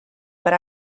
but